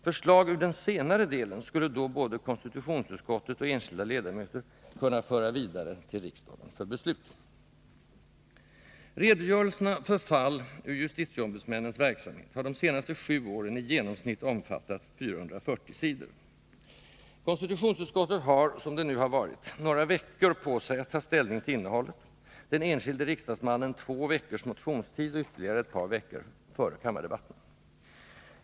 Förslag ur den senare delen skulle då både konstitutionsutskottet och enskilda ledamöter kunna föra vidare till riksdagen för beslut. Redogörelserna för fall ur justitieombudsmännens verksamhet har de senaste sju åren i genomsnitt omfattat 440 sidor. Konstitutionsutskottet har — som det nu varit — några veckor på sig att ta ställning till innehållet, den enskilde riksdagsmannen har två veckors motionstid och ytterligare ett par veckor före kammardebatten.